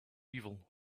evil